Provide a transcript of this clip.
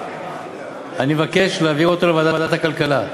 ואני מבקש להעביר אותו לוועדת הכלכלה,